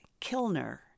Kilner